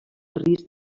risc